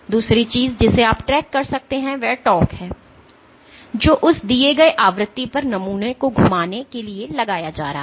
दूसरी चीज जिसे आप ट्रैक कर सकते हैं वह torque है जो उस दिए गए आवृत्ति पर नमूना को घुमाने के लिए लगाया जा रहा है